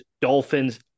Dolphins